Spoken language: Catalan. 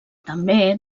també